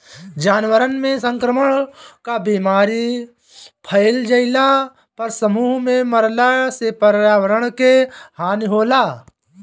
जानवरन में संक्रमण कअ बीमारी फइल जईला पर समूह में मरला से पर्यावरण के हानि होला